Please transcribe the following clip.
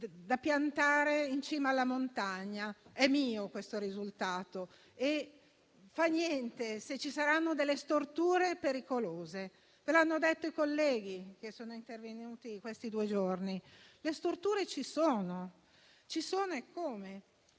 da piantare in cima alla montagna: è mio questo risultato e fa niente se ci saranno storture pericolose. Ve l'hanno detto i colleghi che sono intervenuti negli ultimi due giorni: le storture ci sono, eccome.